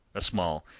a small,